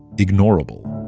ignorable